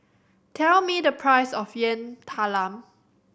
tell me the price of Yam Talam